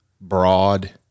broad